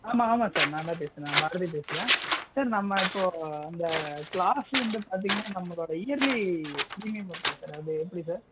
ஆமாம் ஆமாம் சார் நான் தான் பேசுகிறேன் பாரதி பேசுகிறேன் சார் நம்ம இப்போது அந்த லாஸ்ட்டு வந்து பார்த்திங்கன்னா நம்மளோடய இயர்லி பிரீமியம் இருக்குது சார் அது எப்படி சார்